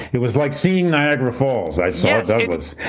it was like seeing niagara falls. i saw douglass.